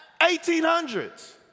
1800s